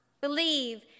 believe